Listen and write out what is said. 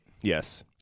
Yes